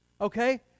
Okay